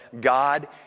God